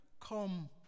come